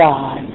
God